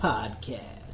Podcast